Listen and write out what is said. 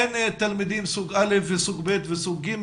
אין תלמידים סוג א' וסוג ב' וסוג ג',